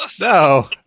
No